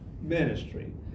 ministry